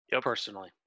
personally